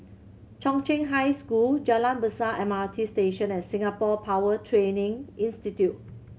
Chung Cheng High School Jalan Besar M R T Station and Singapore Power Training Institute